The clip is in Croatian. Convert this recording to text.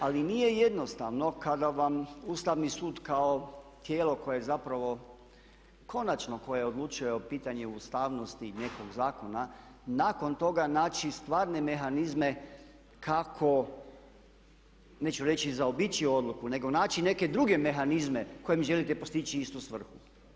Ali nije jednostavno kada vam Ustavni sud kao tijelo koje zapravo konačno, koje odlučuje o pitanju ustavnosti nekog zakona nakon toga naći stvarne mehanizme kako neću reći zaobići odluku, nego naći neke druge mehanizme kojim želite postići istu svrhu.